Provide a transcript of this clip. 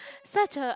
such a